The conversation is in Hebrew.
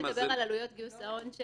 אייל מדבר על עלויות גיוס ההון.